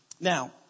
Now